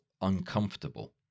uncomfortable